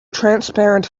transparent